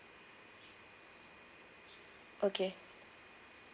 okay